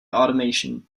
automation